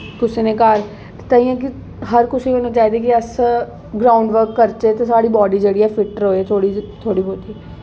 कुसै नै घर ताइयें कि हर कुसै गी गी अस ग्राउंड वर्क करचै ते साढ़ी बाडी जेह्ड़ी ऐ फिट रवै थोड़ी थोहड़ी बोह्ती